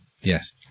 yes